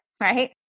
right